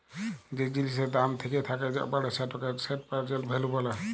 যে জিলিসের দাম থ্যাকে থ্যাকে বাড়ে সেটকে লেট্ পেরজেল্ট ভ্যালু ব্যলে